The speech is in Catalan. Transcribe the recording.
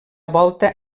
volta